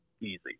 easy